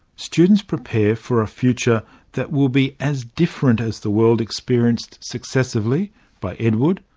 students prepare for a future that will be as different as the world experienced successively by edward,